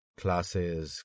classes